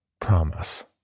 Promise